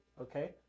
okay